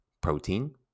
protein